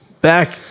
back